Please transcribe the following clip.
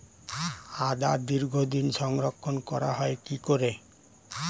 আদা দীর্ঘদিন সংরক্ষণ করা হয় কি করে?